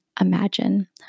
imagine